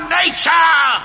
nature